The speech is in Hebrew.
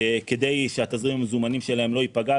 כדי שתזרים המזומנים שלהם לא ייפגע.